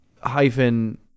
Hyphen